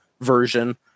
version